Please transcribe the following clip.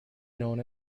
known